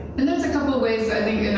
and there's a couple of ways i think,